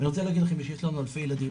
אני רוצה להגיד לכם שיש לנו אלפי ילדים